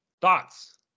thoughts